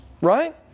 right